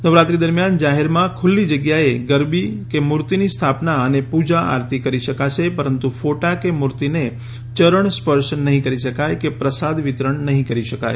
નવરાત્રી દરમ્યાન જાહેરમાં ખુલ્લી જગ્યાએ ગરબી મૂર્તિની સ્થાપના અને પૂજા આરતી કરી શકાશે પરંતુ ફોટા કે મૂર્તિને ચરણ સ્પર્શ નહીં કરી શકાય કે પ્રસાદ વિતરણ નહીં કરી શકાય